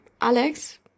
Alex